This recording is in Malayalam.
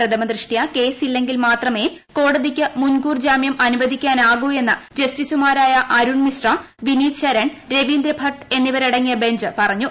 പ്രഥമദൃഷ്ട്യാ കേസില്ലെങ്കിൽ മാത്രമേ കോടതിക്ക് മുൻകൂർ ജാമ്യം അനുവദിക്കാനാകു എന്ന് ജസ്റ്റിസുമാരായ അരുൺ മിശ്ര വിനീത് ശരൺ രവീന്ദ്ര ഭട്ട് എന്നിവരുടെ ബെഞ്ച് പറഞ്ഞു